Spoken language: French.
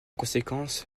conséquence